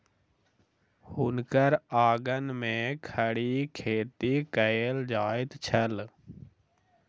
हुनकर आंगन में खड़ी खेती कएल जाइत छल